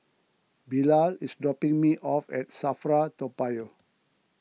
Bilal is dropping me off at Safra Toa Payoh